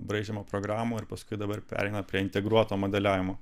braižymo programų ar paskui dabar pereina prie integruoto modeliavimo